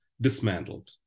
dismantled